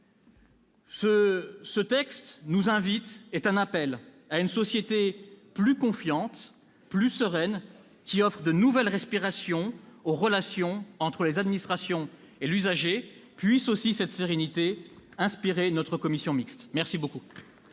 Ce texte est un appel à une société plus confiante, plus sereine, qui offre de nouvelles respirations aux relations entre les administrations et l'usager. Puisse cette sérénité inspirer les travaux de la commission mixte paritaire.